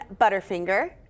Butterfinger